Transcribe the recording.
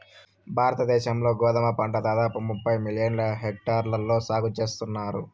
భారత దేశం లో గోధుమ పంట దాదాపు ముప్పై మిలియన్ హెక్టార్లలో సాగు చేస్తన్నారు